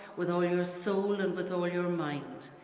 with all your soul, and with all your mind.